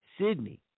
Sydney